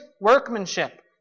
workmanship